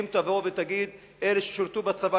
אם תבוא ותגיד: אלה ששירתו בצבא,